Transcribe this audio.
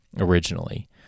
originally